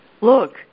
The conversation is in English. look